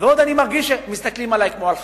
ועוד אני מרגיש שמסתכלים עלי כמו על חייזר,